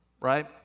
right